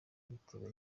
bitewe